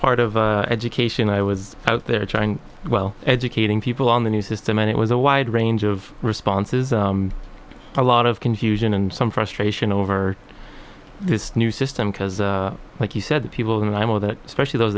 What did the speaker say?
part of education i was out there trying well educating people on the new system and it was a wide range of responses a lot of confusion and some frustration over this new system because like you said the people in the name of it especially those